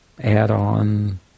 add-on